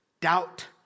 Doubt